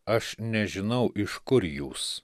aš nežinau iš kur jūs